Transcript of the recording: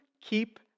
keep